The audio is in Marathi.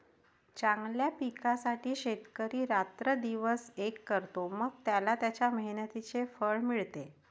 चांगल्या पिकासाठी शेतकरी रात्रंदिवस एक करतो, मग त्याला त्याच्या मेहनतीचे फळ मिळते